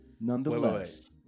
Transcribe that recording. Nonetheless